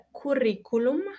curriculum